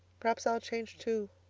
perhaps i'll change too.